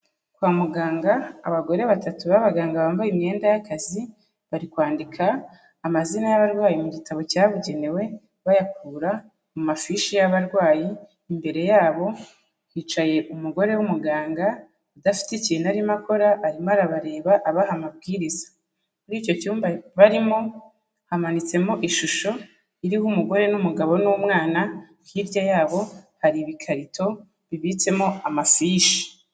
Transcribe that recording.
Kwa muganga abagore batatu b'abaganga bambaye imyenda y'akazi, bari kwandika amazina y'abarwayi mu gitabo cyabugenewe bayakura mu mafishi y'abarwayi, imbere yabo hicaye umugore w'umuganga udafite ikintu arimo akora arimo arabareba abaha amabwiriza. Muri icyo cyumba barimo, hamanitsemo ishusho iriho umugore n'umugabo n'umwana, hirya yabo hari ibikarito bibitsemo amafishi.